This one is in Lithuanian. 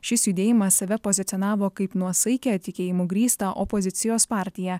šis judėjimas save pozicionavo kaip nuosaikią tikėjimu grįstą opozicijos partiją